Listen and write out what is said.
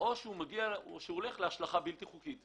או הולך להשלכה בלתי חוקית.